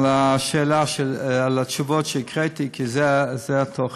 על התשובות שהקראתי, כי זה התוכן.